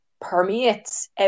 permeates